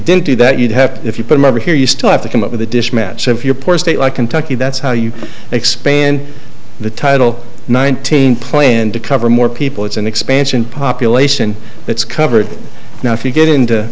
didn't do that you'd have to if you put a member here you still have to come up with a dish match if you're poor a state like kentucky that's how you expand the title nineteen plan to cover more people it's an expansion population that's covered now if you get into